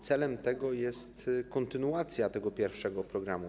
Celem tego jest kontynuacja tego pierwszego programu.